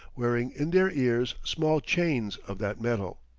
wearing in their ears small chains of that metal.